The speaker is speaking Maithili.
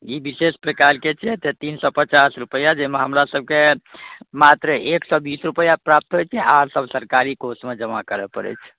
ई विशेष प्रकारके छै तऽ तीन सओ पचास रुपैआ जाहिमे हमरा सबके मात्र एक सओ बीस रुपैआ प्राप्त होइ छै आओर सब सरकारी कोषमे जमा करऽ पड़ै छै